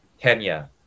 Kenya